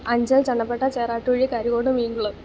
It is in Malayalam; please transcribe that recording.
അഞ്ചൽ ചള്ളംപട്ട ചേറാട്ടുകുഴി കരികോട് മീങ്കുളം